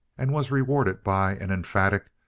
and was rewarded by an emphatic,